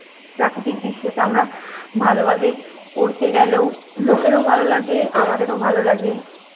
প্রাকৃতিক দৃশ্যতে আমরা ভালোভাবে করতে গেলেও লোকেরও ভালো লাগে আমাদেরও ভালো লাগে